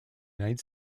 united